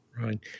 Right